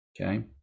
okay